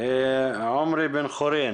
עמרי בן חורין.